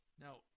Now